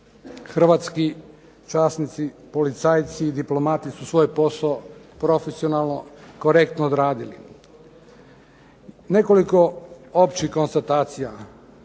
hrvatski časnici, policajci, diplomati su svoj posao profesionalno, korektno odradili. Nekoliko općih konstatacija,